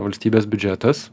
valstybės biudžetas